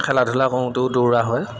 খেলা ধূলা কৰোঁতেও দৌৰা হয়